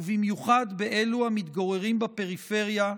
ובמיוחד באלו המתגוררים בפריפריה,